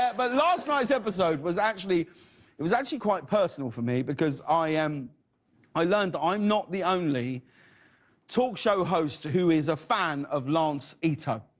but last night's episode was actually it was actually quite personal for me because i am i learned that i am not the only talk show host who is a fan of lance ito.